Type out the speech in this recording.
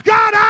God